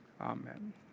amen